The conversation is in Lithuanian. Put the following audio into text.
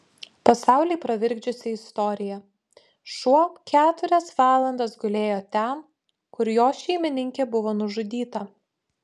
pasaulį pravirkdžiusi istorija šuo keturias valandas gulėjo ten kur jo šeimininkė buvo nužudyta